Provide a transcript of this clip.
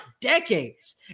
decades